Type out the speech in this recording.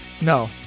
No